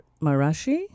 Marashi